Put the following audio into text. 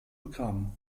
begraben